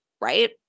right